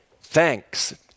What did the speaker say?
thanks